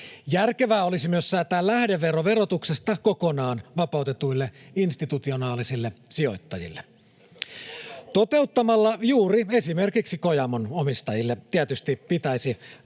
Järkevää olisi myös säätää lähdevero verotuksesta kokonaan vapautetuille institutionaalisille sijoittajille. [Juha Mäenpää: Entäs se Kojamo?] — Juuri esimerkiksi Kojamon omistajille tietysti pitäisi